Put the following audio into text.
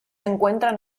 encuentran